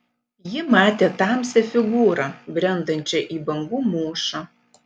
ji matė tamsią figūrą brendančią į bangų mūšą